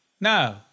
no